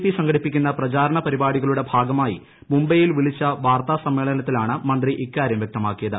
P സംഘടിപ്പിക്കുന്ന പ്രചാരണ പരിപാടികളുടെ ഭാഗമായി മുംബൈയിൽ വിളിച്ച വാർത്താ സമ്മേളനത്തിലാണ് മന്ത്രി ഇക്കാര്യം വ്യക്തമാക്കിയത്